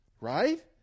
Right